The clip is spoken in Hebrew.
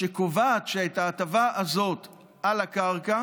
שקובעת שאת ההטבה הזאת על הקרקע